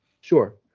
Sure